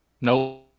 no